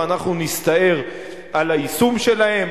ואנחנו נסתער על היישום שלהן,